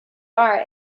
are